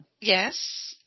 Yes